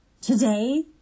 Today